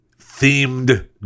themed